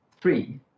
three